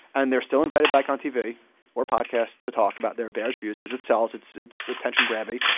and they're still invited back on tv or podcasts to talk about their bearish views cause it sells. it's it's attention-grabby.